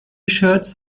shirts